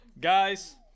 Guys